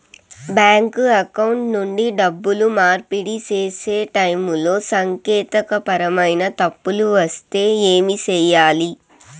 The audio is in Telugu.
బ్యాంకు అకౌంట్ నుండి డబ్బులు మార్పిడి సేసే టైములో సాంకేతికపరమైన తప్పులు వస్తే ఏమి సేయాలి